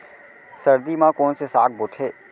सर्दी मा कोन से साग बोथे?